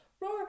Roar